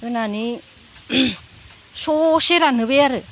होनानै ससे रानहोबाय आरो